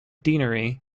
deanery